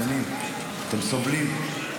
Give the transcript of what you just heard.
מסכנים, אתם סובלים.